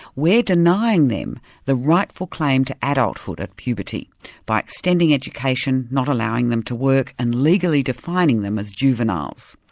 we're denying them the rightful claim to adulthood at puberty by extending education, not allowing them to work and legally defining them as juveniles.